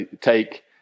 take